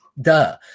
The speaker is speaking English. duh